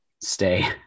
stay